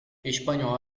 espanhol